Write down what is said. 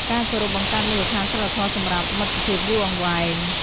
ការគោរពបង្កើតមូលដ្ឋានសីលធម៌សម្រាប់មិត្តភាពយូរអង្វែង។